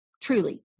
Truly